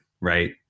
right